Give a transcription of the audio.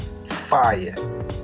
Fire